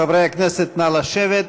חברי הכנסת, נא לשבת.